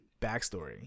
backstory